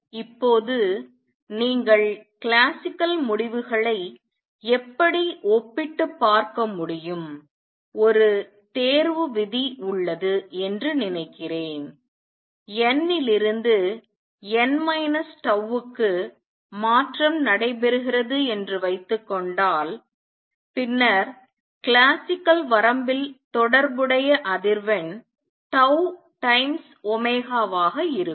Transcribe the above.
இப்போது நீங்கள் கிளாசிக்கல் முடிவுகளை எப்படி ஒப்பிட்டு பார்க்க முடியும் ஒரு தேர்வு விதி உள்ளது என்று நினைக்கிறேன் n லிருந்து n மைனஸ் tau க்கு மாற்றம் நடைபெறுகிறது என்று வைத்துக்கொண்டால் பின்னர் கிளாசிக்கல் வரம்பில் தொடர்புடைய அதிர்வெண் tau டைம்ஸ் ஒமேகா வாக இருக்கும்